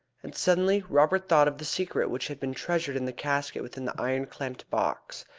and suddenly robert thought of the secret which had been treasured in the casket within the iron-clamped box.